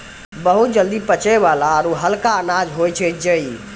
बहुत जल्दी पचै वाला आरो हल्का अनाज होय छै जई